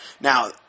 Now